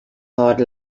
hard